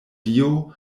dio